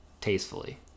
tastefully